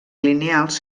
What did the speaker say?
lineals